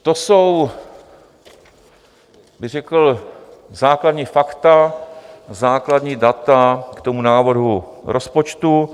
To jsou, bych řekl, základní fakta, základní data k návrhu rozpočtu.